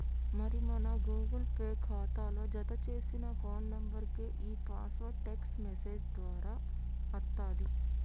మరి మన Google Pay ఖాతాలో జతచేసిన ఫోన్ నెంబర్కే ఈ పాస్వర్డ్ టెక్స్ట్ మెసేజ్ దారా అత్తది